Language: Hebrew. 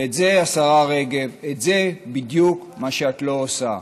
וזה, השרה רגב, זה בדיוק מה שאת לא עושה.